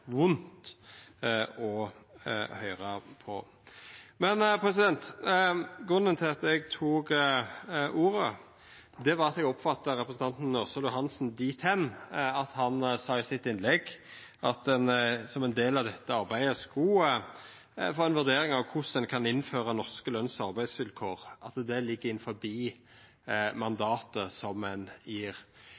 vondt å høyra på. Grunnen til at eg tok ordet, var at eg oppfatta at representanten Ørsal Johansen sa i innlegget sitt at ein som ein del av dette arbeidet skulle få ei vurdering av korleis ein kan innføra norske løns- og arbeidsvilkår – at det ligg innanfor mandatet som ein